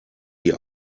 die